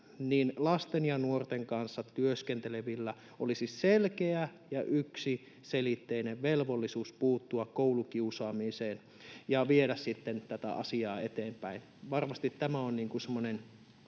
lasten ja nuorten kanssa työskentelevillä olisi selkeä ja yksiselitteinen velvollisuus puuttua koulukiusaamiseen ja viedä sitten tätä asiaa eteenpäin. Varmasti tämä on semmoinen